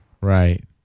right